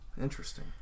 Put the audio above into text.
Interesting